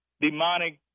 demonic